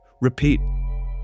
Repeat